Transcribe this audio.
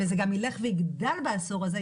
וזה גם ילך ויגדל בעשור הזה,